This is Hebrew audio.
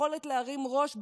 יכולת להרים ראש.